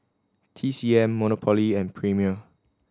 T C M Monopoly and Premier